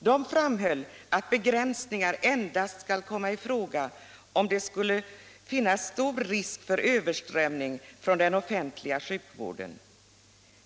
De framhöll att begränsningar endast skall komma i fråga om det skulle vara stor risk för överströmning från den offentliga sjukvården.